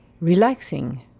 relaxing